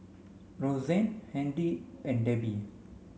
Rozanne Handy and Debbi